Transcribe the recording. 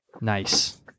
nice